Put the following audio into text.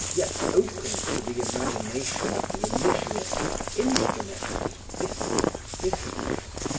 yet opens to the imagination of the initiate infinite and distant vistas,